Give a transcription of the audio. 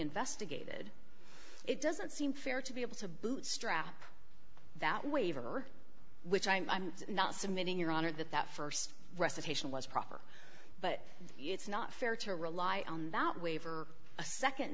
investigated it doesn't seem fair to be able to bootstrap that waiver which i'm not submitting your honor that that st recitation was proper but it's not fair to rely on that waiver